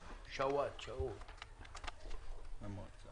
שאואט, בבקשה